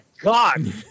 God